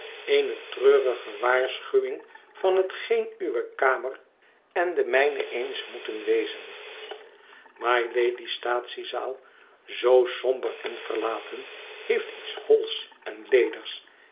eene treurige waarschuwing van hetgeen uwe kamer en de mijne eens moeten wezen mylady's staatsiezaal zoo somber en verlaten heeft iets hols en ledigs